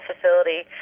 facility